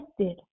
tested